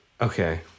Okay